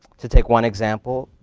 to take one example,